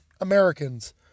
Americans